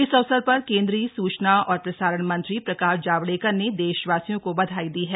इस अवसर पर केन्द्रीय सूचना और प्रसारण मंत्री प्रकाश जावडेकर ने देशवासियों को बधाई दी हैं